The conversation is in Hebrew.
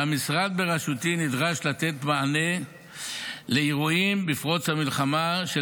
והמשרד בראשותי נדרש לתת מענה לאירועים מפרוץ